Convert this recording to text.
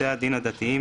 בתי הדין הדתיים,